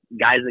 guys